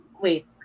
wait